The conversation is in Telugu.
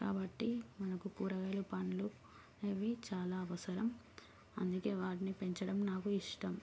కాబట్టి మనకు కూరగాయలు పళ్ళు అవి చాల అవసరం అందుకని వాటిని పెంచడం నాకు ఇష్టం